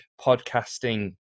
podcasting